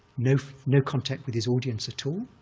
no no contact with his audience at all,